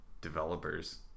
developers